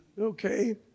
Okay